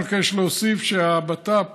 אני מבקש להוסיף שהבט"פ,